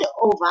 over